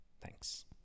Thanks